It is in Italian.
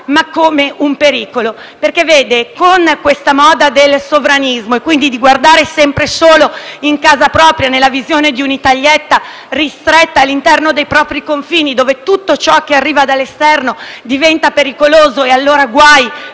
ma come un pericolo. Con questa moda del sovranismo, del guardare sempre e solo in casa propria, nella visione di un'italietta ristretta all'interno dei propri confini, tutto ciò che arriva dall'esterno diventa pericoloso, e allora guai,